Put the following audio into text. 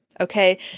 Okay